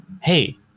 hey